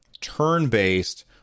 turn-based